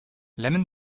lemon